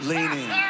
Leaning